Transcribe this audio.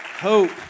Hope